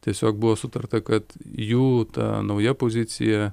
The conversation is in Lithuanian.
tiesiog buvo sutarta kad jų ta nauja pozicija